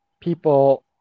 people